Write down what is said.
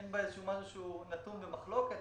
אין בה משהו שנתון במחלוקת.